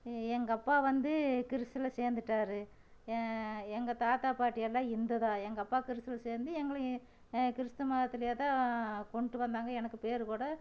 எங்கள் அப்பா வந்து கிறிஸ்த்துவில சேர்ந்துட்டாரு ஏ எங்கள் தாத்தா பாட்டியெல்லாம் இந்து தான் எங்கள் அப்பா கிறிஸ்த்துவில சேர்ந்து எங்களையும் கிறிஸ்த்து மதத்துல தான் கொண்ட்டு வந்தாங்க எனக்கு பேர் கூட